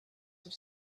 have